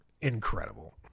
Incredible